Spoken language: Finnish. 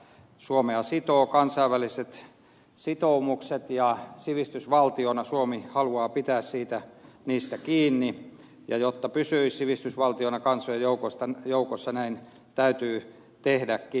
suomea sitovat kansainväliset sitoumukset ja sivistysvaltiona suomi haluaa pitää niistä kiinni ja jotta suomi pysyisi sivistysvaltiona kansojen joukossa näin täytyy tehdäkin